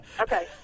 Okay